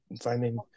finding